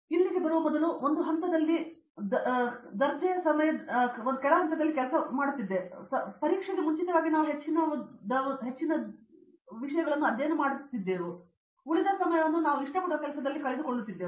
ಇಲ್ಲಿಗೆ ಬರುವ ಮೊದಲು ಒಂದು ಹಂತದಲ್ಲಿ ದರ್ಜೆಯ ಸಮಯದಲ್ಲಿ ಪರೀಕ್ಷೆಗೆ ಮುಂಚಿತವಾಗಿ ನಾವು ಹೆಚ್ಚಿನದನ್ನು ಅಧ್ಯಯನ ಮಾಡುತ್ತಿದ್ದೇವೆ ಉಳಿದ ಸಮಯವನ್ನು ನಾವು ಇಷ್ಟಪಡುವ ಕೆಲಸದಲ್ಲಿ ಕಳೆದುಕೊಳ್ಳುತ್ತೇವೆ